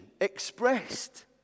expressed